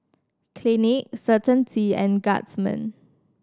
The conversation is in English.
Clinique Certainty and Guardsman